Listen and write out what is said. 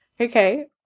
Okay